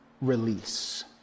release